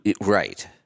Right